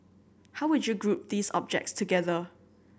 how would you group these objects together